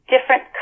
different